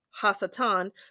Hasatan